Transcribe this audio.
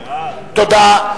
תודה.